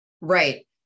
Right